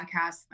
podcast